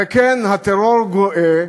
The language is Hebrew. וכן, הטרור גואה,